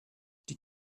die